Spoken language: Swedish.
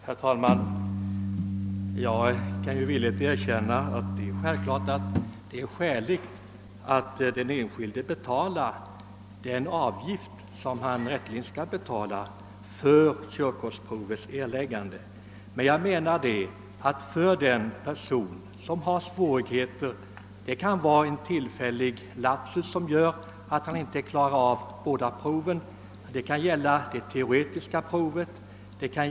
Herr talman! Jag kan villigt erkänna att det är skäligt att den enskilde skall betala en avgift som täcker de faktiska kostnaderna för körkortsprovet. Det kan dock vara en tillfällig lapsus som gör att en person inte klarar båda proven, och detta kan gälla såväl det teoretiska som uppkörningen.